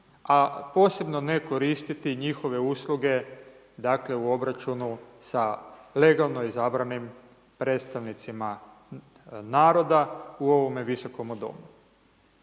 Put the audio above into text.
a posebno ne koristiti njihove usluge dakle u obračunu sa legalno izabranim predstavnicima naroda u ovome visokomu domu.